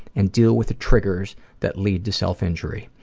and deal with the triggers that lead to self-injury.